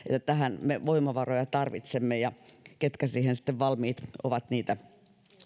tähän me voimavaroja tarvitsemme ja ketkä siihen sitten ovat valmiit niitä